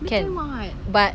can but